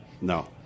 No